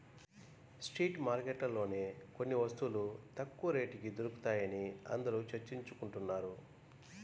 street మార్కెట్లలోనే కొన్ని వస్తువులు తక్కువ రేటుకి దొరుకుతాయని అందరూ చర్చించుకుంటున్నారు